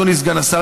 אדוני סגן השר,